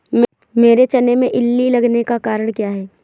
मेरे चने में इल्ली लगने का कारण क्या है?